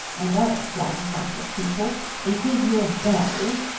and other phlegmatic people it is your bell.